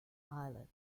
island